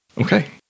Okay